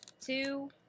two